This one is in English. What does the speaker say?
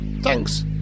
thanks